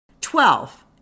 Twelve